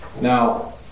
Now